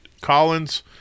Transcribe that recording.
collins